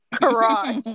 garage